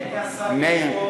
בני,